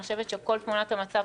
אני חושבת שכל תמונת המצב,